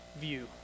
view